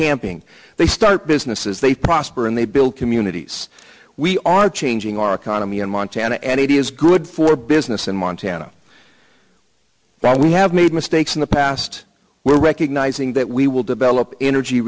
camping they start businesses they prosper and they build communities we are changing our economy in montana and it is good for business in montana why we have made mistakes in the past we're recognizing that we will develop energy